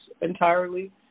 entirely